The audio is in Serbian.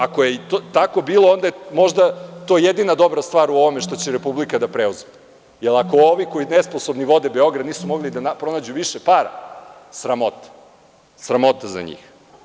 Ako je tako bilo, onda je možda to jedina dobra stvar u ovome što će Republika da preuzme, jer ako ovi koji nesposobni vode Beograd nisu mogli da pronađu više para, sramota, sramota za njih.